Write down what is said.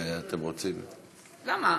אתם רוצים, למה?